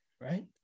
right